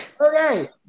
Okay